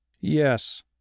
yes